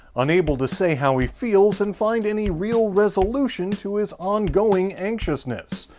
unable to say how he felt and find any real resolution to his ongoing anxiousness.